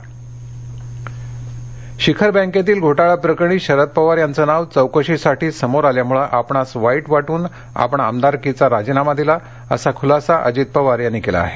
अजित पवार शिखर बँकेतील घोटाळा प्रकरणी शरद पवार यांचं नाव चौकशीसाठी समोर आल्यामुळे आपणास वाईट वाटून आपण आमदारकीचा राजिनामा दिला असा खुलासा अजित पवार यांनी केला आहे